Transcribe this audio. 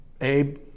Abe